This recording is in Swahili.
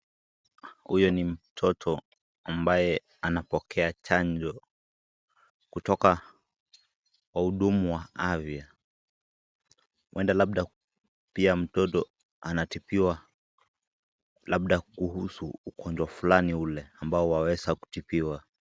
Huyu ni mtoto ambaye anapokea chanjo kutoka wahudumu wa afya. Huenda labda pia mtoto anatibiwa labda kuhusu ugonjwa fulani ule ambao waweza kutibiwa.